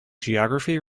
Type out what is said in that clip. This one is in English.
geography